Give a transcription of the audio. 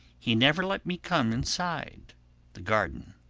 he never let me come inside the garden.